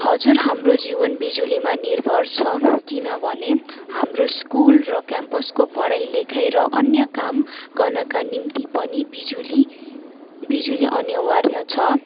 हजुर हाम्रो जीवन बिजुलीमा निर्भर छ किनभने हाम्रो स्कुल र क्याम्पसको पढाइ लेखाइ र अन्य काम गर्नका निम्ति पनि बिजुली बिजुली अनिवार्य छ